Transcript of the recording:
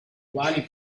quali